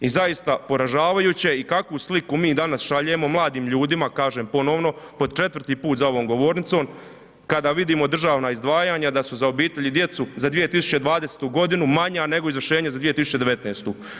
I zaista poražavajuće i kakvu sliku mi danas šaljemo mladim ljudima, kažem ponovno po četvrti put za ovom govornicom, kada vidimo državna izdvajanja da su za obitelj i djecu za 2020. godinu manja nego izvršenje za 2019.